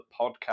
podcast